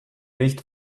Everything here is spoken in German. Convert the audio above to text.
nicht